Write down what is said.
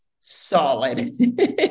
solid